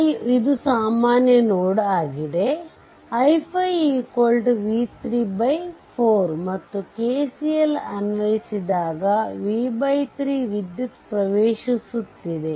i5 ಇದು ಸಾಮಾನ್ಯ node ಆಗಿದೆ i5 v3 4 ಮತ್ತು KCL ಅನ್ವಯಿಸಿದಾಗ v 3 ವಿದ್ಯುತ್ ಪ್ರವೇಶಿಸುತ್ತದೆ